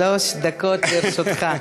שלוש דקות לרשותך.